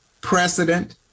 precedent